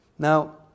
Now